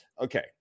okay